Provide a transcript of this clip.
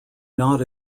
not